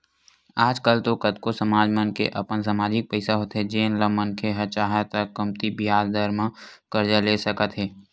आज कल तो कतको समाज मन के अपन समाजिक पइसा होथे जेन ल मनखे ह चाहय त कमती बियाज दर म करजा ले सकत हे